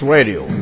Radio